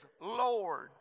lord